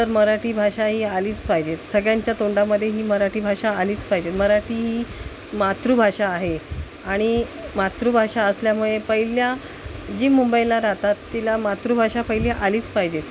तर मराठी भाषा ही आलीच पाहिजे सगळ्यांच्या तोंडामध्ये ही मराठी भाषा आलीच पाहिजे मराठी ही मातृभाषा आहे आणि मातृभाषा असल्यामुळे पहिलं जी मुंबईला राहतात तिला मातृभाषा पहिली आलीच पाहिजे